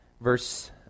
verse